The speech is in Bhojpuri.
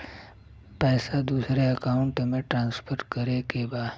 पैसा दूसरे अकाउंट में ट्रांसफर करें के बा?